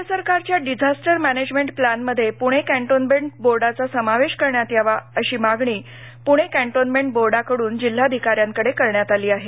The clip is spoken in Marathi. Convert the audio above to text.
राज्य सरकारच्या डिझास्टर मॅनेजमेंट प्लॅनमध्ये पुणे कॅन्टोन्मेंट बोर्डाचा समावेश करण्यात यावा अशी मागणी पुणे कॅन्टोन्मेंट बोर्डानं जिल्हाधिकाऱ्यांकडे करण्यात आली आहे